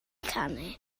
canu